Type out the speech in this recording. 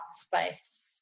space